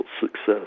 success